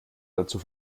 dazu